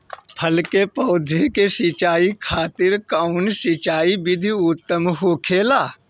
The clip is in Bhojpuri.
फल के पौधो के सिंचाई खातिर कउन सिंचाई विधि उत्तम होखेला?